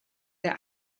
der